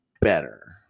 better